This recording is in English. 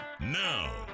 Now